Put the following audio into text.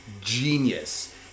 genius